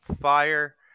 fire